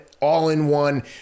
all-in-one